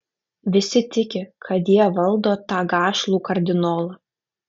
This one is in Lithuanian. visi tiki kad jie valdo tą gašlų kardinolą